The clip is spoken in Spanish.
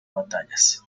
batallas